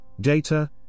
data